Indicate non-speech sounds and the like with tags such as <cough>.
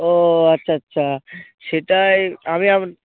ও আচ্ছা আচ্ছা সেটাই আমি <unintelligible>